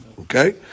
Okay